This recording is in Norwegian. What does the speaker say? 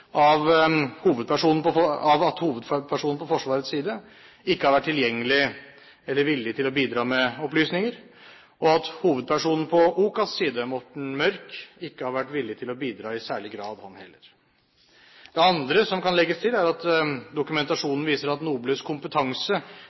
av at hovedpersonen på Forsvarets side ikke har vært tilgjengelig eller villig til å bidra med opplysninger, og at hovedpersonen på OCAS' side, Morten Mørk, ikke har vært villig til å bidra i særlig grad, han heller. Det andre som kan legges til, er at dokumentasjonen viser at NOBLEs kompetanse